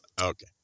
Okay